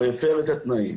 הוא הפר את התנאים.